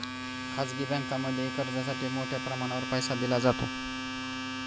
खाजगी बँकांमध्येही कर्जासाठी मोठ्या प्रमाणावर पैसा दिला जातो